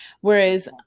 whereas